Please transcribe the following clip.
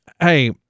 hey